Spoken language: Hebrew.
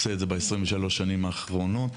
עושה זאת ב-23 שנים האחרונות